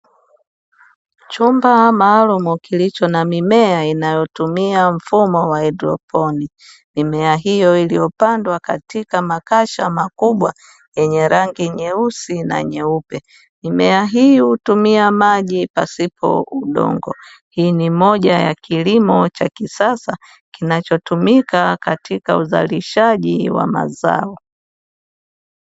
Chumba maalumu kilicho na mimea inayotumia mfumo wa haidroponi. Mimea hiyo iliyopandwa katika makasha makubwa yenye rangi nyeusi na nyeupe. Mimea hii hutumia maji pasipo udongo. Hii ni moja ya kilimo cha kisasa kinachotumika katika uzalishaji wa mazao.